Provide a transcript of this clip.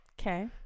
Okay